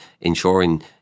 ensuring